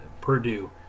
Purdue